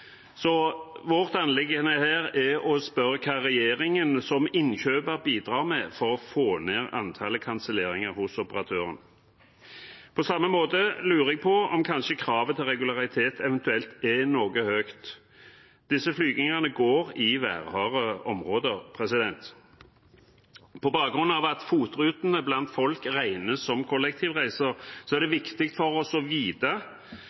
så vårt anliggende her er å spørre hva regjeringen som innkjøper bidrar med for å få ned antallet kanselleringer hos operatøren. På samme måte lurer jeg på om kravet til regularitet kanskje er noe høyt. Disse flygingene går i værharde områder. På bakgrunn av at FOT-rutene blant folk regnes som kollektivreiser, er det viktig for oss å vite